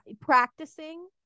practicing